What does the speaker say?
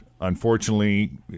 unfortunately